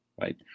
right